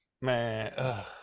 Man